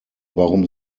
warum